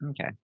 okay